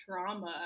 trauma